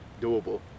doable